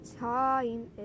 time